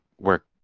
work